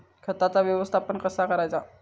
खताचा व्यवस्थापन कसा करायचा?